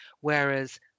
whereas